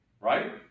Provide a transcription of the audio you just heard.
right